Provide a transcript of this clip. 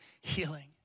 healing